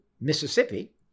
Mississippi